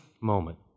moment